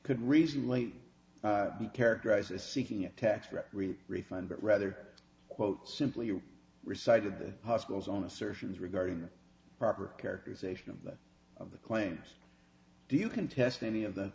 could reasonably be characterized as seeking a tax represent refund but rather quote simply resided the hospital's own assertions regarding the proper characterization of the of the claims do you contest any of the